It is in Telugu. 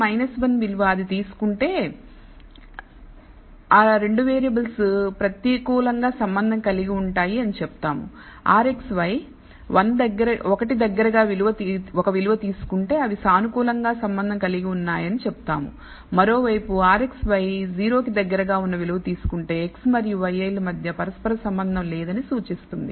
1 విలువ అది తీసుకుంటే ఆ 2 వేరియబుల్స్ ప్రతికూలంగా సంబంధం కలిగి ఉంటాయి అని చెప్తాము rxy 1 దగ్గరగా ఒక విలువను తీసుకుంటే అవి సానుకూలంగా సంబంధం కలిగి ఉన్నాయని చెప్తాము మరోవైపు rxy 0 కి దగ్గరగా ఉన్న విలువ తీసుకుంటేx మరియు yi ల మధ్య పరస్పర సంబంధం లేదని సూచిస్తుంది